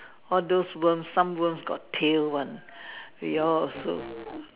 all those worm some worm got tail one we all also